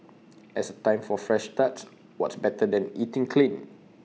as A time for fresh starts what's better than eating clean